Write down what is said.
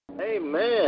Amen